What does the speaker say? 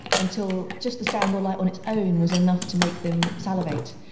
until just the sound or light on its own was enough to make them salivate.